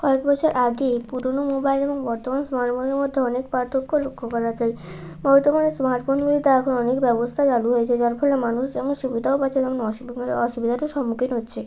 কয়েক বছর আগে পুরোনো মোবাইল এবং বর্তমান মোবাইল ফোনের মধ্যে অনেক পার্থক্য লক্ষ্য করা যায় বর্তমানে স্মার্ট ফোনগুলিতে এখন অনেক ব্যবস্থা চালু হয়েচে যার ফলে মানুষ যেমন সুবিধাও পাচ্ছে তেমন অসুবিধার অসুবিধারও সম্মুখীন হচ্ছে